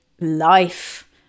life